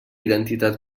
identitat